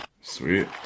sweet